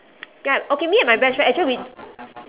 ya okay me and my best friend actually we